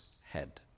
head